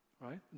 right